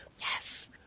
Yes